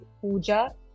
Puja